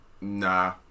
nah